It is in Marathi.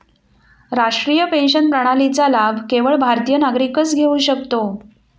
राष्ट्रीय पेन्शन प्रणालीचा लाभ केवळ भारतीय नागरिकच घेऊ शकतो